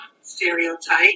stereotype